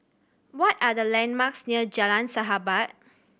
what are the landmarks near Jalan Sahabat